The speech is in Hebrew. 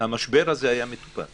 המשבר הזה היה מטופל